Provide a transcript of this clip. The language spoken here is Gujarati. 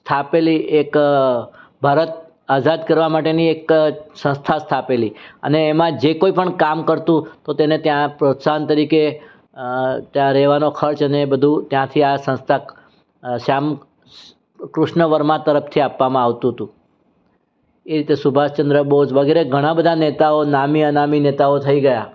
સ્થાપેલી એક ભારત આઝાદ કરવા માટેની એક સંસ્થા સ્થાપેલી અને એમાં જે કોઈ પણ કામ કરતું તો તેને ત્યાં પ્રોત્સાહન તરીકે ત્યાં રહેવાનો ખર્ચ અને બધું ત્યાંથી આ સંસ્થા શ્યામ કૃષ્ણ વર્મા તરફથી આપવામાં આવતું હતું એ રીતે સુભાષચંદ્ર બોઝ વગેરે ઘણાં બધા નેતાઓ નામી અનામી નેતાઓ થઈ ગયા